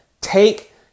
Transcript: Take